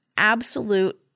absolute